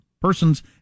persons